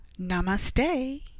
Namaste